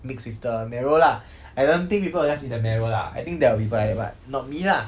mixed with the marrow lah I don't think people will just eat the marrow lah I think there will be but I but not me lah